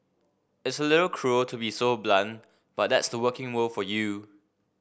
it's a little cruel to be so blunt but that's the working world for you